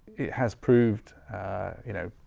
it has proved you know,